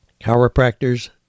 chiropractors